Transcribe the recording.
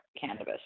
cannabis